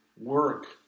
work